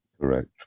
Correct